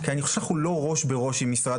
כי אני חושב שאנחנו לא ראש בראש עם משרד